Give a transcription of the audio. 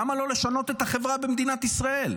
למה לא לשנות את החברה במדינת ישראל?